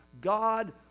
God